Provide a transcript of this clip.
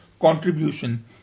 contribution